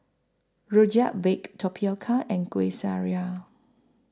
Rojak Baked Tapioca and Kueh Syara